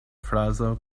frazo